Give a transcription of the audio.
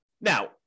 Now